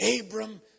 Abram